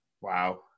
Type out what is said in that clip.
Wow